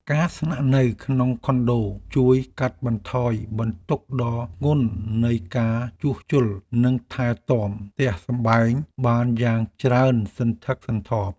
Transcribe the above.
ការស្នាក់នៅក្នុងខុនដូជួយកាត់បន្ថយបន្ទុកដ៏ធ្ងន់នៃការជួសជុលនិងថែទាំផ្ទះសម្បែងបានយ៉ាងច្រើនសន្ធឹកសន្ធាប់។